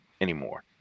anymore